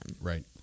Right